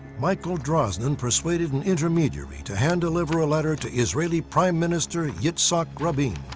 michael drosnin persuaded an intermediary to hand deliver a letter to israeli prime minister, yitzhak rabin.